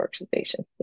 organization